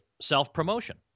self-promotion